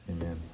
Amen